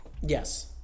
Yes